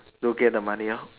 no get the money orh